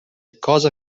cosa